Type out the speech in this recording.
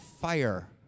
fire